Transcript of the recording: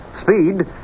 Speed